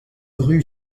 rue